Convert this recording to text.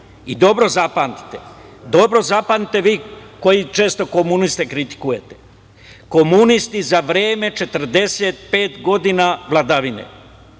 mitropolita, i dobro zapamtite vi koji često komuniste kritikujete. Komunisti za vreme 45 godina vladavine